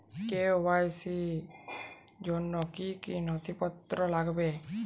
KYC র জন্য কি কি নথিপত্র লাগবে?